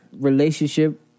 relationship